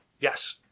Yes